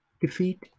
defeat